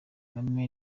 kagame